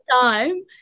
time